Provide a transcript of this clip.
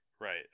Right